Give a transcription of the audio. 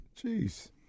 Jeez